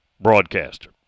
broadcaster